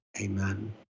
amen